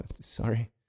sorry